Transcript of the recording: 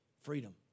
freedom